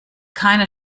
keine